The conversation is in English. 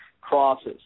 crosses